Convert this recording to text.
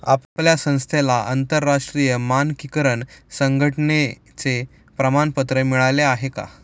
आपल्या संस्थेला आंतरराष्ट्रीय मानकीकरण संघटने चे प्रमाणपत्र मिळाले आहे का?